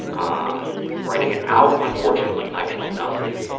um writing it out, unfortunately, i feel nothing,